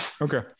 Okay